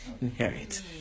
inherit